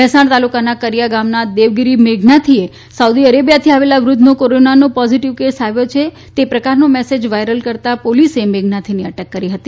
ભેસાણ તાલુકાના કરિયા ગામના દેવગીરી મેઘનાથી એ સાઉદી અરેબિયાથી આવેલા વૃદ્ધનો કોરનાનો પોઝિટિવ કેસ આવ્યો છે એ પ્રકારનો મેસેજ વાઈરલ કરતા પોલીસે મેઘનાથીની અટક કરી હતી